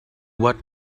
what